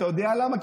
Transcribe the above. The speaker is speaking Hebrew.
אתה יודע למה?